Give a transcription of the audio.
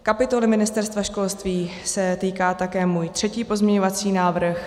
Kapitoly Ministerstva školství se týká také můj třetí pozměňovací návrh.